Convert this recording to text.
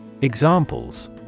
Examples